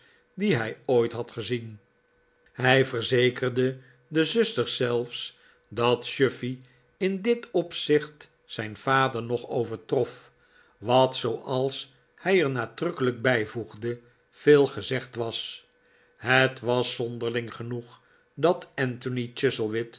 dien hij ooit had gezien hij verzekerde de zusters zelfs dat chuffey in dit opzicht zijn vader nog overtrof wat f zooals hij er nadrukkelijk bijvoegde veel gezegd was het was zonderling genoeg dat anthony